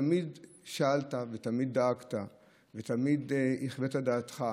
תמיד שאלת, ותמיד דאגת, ותמיד חיווית את דעתך